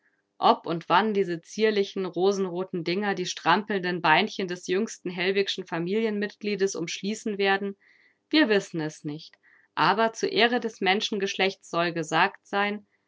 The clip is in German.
ob und wann diese zierlichen rosenroten dinger die strampelnden beinchen des jüngsten hellwigschen familiengliedes umschließen werden wir wissen es nicht aber zur ehre des menschengeschlechts soll es gesagt sein